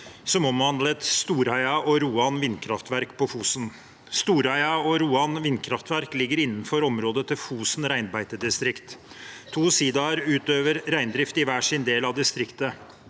som omhandlet Storheia og Roan vindkraftverk på Fosen. Storheia og Roan vindkraftverk ligger innenfor området til Fosen reinbeitedistrikt. To sidaer utøver reindrift i hver sin del av distriktet